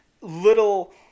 little